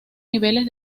niveles